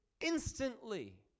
instantly